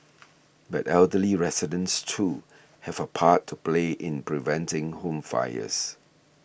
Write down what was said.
but elderly residents too have a part to play in preventing home fires